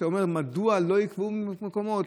כשאתה שואל מדוע לא יקבעו מקומות,